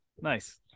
nice